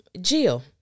Jill